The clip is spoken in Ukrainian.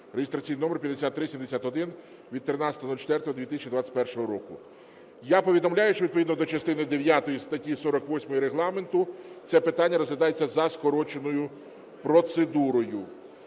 (реєстраційний номер 5371) від 13.04.2021 року. Я повідомлю, що відповідно до частини дев'ятої статті 48 Регламенту це питання розглядається за скороченою процедурою.